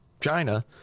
China